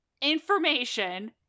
information